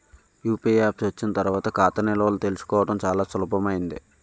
UPI apps వచ్చిన తర్వాత ఖాతా నిల్వలు తెలుసుకోవడం చాలా సులభమైంది